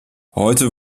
heute